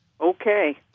Okay